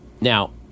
Now